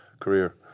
career